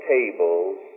Tables